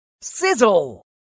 Sizzle